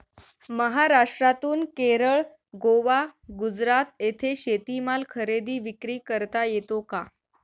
महाराष्ट्रातून केरळ, गोवा, गुजरात येथे शेतीमाल खरेदी विक्री करता येतो का?